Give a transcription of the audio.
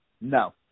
No